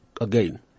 again